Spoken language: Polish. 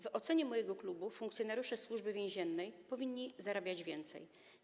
W ocenie mojego klubu funkcjonariusze Służby Więziennej powinni zarabiać więcej.